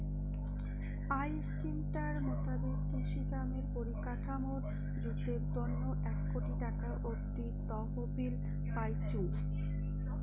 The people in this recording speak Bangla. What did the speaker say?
আই স্কিমটার মুতাবিক কৃষিকামের পরিকাঠামর জুতের তন্ন এক কোটি টাকা অব্দি তহবিল পাইচুঙ